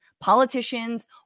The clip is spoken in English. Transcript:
politicians